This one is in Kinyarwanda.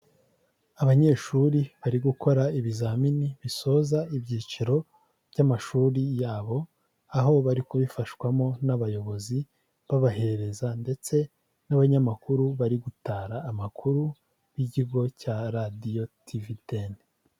Abanyeshuri bari gukora ibizamini bisoza ibyiciro by'amashuri yabo, aho bari kubifashwamo n'abayobozi babahereza ndetse n'abanyamakuru bari gutara amakuru b'ikigo cya radiyo Tv10.